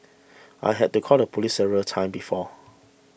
I had to call the police several times before